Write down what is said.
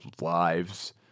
lives